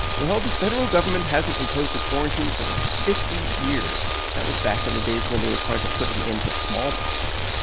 well, the federal government hasn't imposed a quarantine for, like, fifty years. that was back in the days when they were trying to put an end to smallpox.